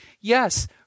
yes